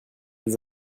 des